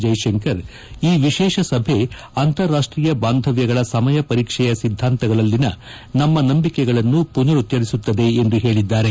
ಜೈಶಂಕರ್ ಈ ವಿಶೇಷ ಸಭೆ ಅಂತಾರಾಷ್ಷೀಯ ಬಾಂಧವ್ಯಗಳ ಸಮಯ ಪರೀಕ್ಷೆಯ ಸಿದ್ದಾಂತಗಳಲ್ಲಿನ ನಮ್ನ ನಂಬಿಕೆಗಳನ್ನು ಮನರುಚ್ಚರಿಸುತ್ತದೆ ಎಂದು ಹೇಳಿದ್ದಾರೆ